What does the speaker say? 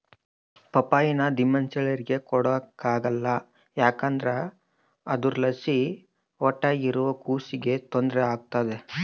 ಪಪ್ಪಾಯಿನ ದಿಮೆಂಸೇಳಿಗೆ ಕೊಡಕಲ್ಲ ಯಾಕಂದ್ರ ಅದುರ್ಲಾಸಿ ಹೊಟ್ಯಾಗಿರೋ ಕೂಸಿಗೆ ತೊಂದ್ರೆ ಆಗ್ತತೆ